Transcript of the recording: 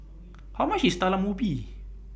How much IS Talam Ubi